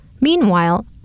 Meanwhile